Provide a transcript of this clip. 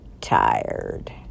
tired